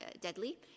deadly